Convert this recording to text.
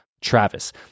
Travis